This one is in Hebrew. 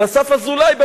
של אסף אזולאי,